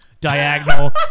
diagonal